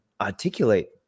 articulate